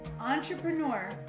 entrepreneur